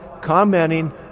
commenting